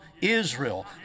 Israel